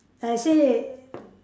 like I say